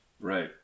Right